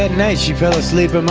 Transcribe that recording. bad night, she fell asleep my.